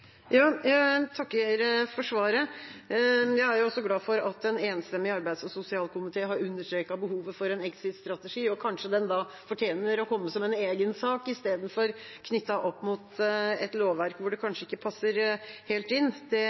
Jeg takker for svaret. Jeg er også glad for at en enstemmig arbeids- og sosialkomité har understreket behovet for en exit-strategi, og kanskje den fortjener å komme som en egen sak i stedet for å være knyttet opp mot et lovverk, hvor den kanskje ikke passer helt inn. Det